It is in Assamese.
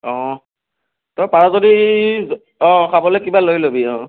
অঁ তই পাৰ যদি অঁ খাবলৈ কিবা লৈ লবি অঁ